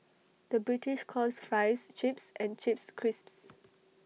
the British calls Fries Chips and Chips Crisps